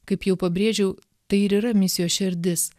kaip jau pabrėžiau tai ir yra misijos šerdis